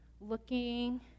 looking